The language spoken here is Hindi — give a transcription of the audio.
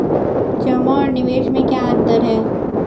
जमा और निवेश में क्या अंतर है?